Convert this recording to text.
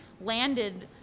landed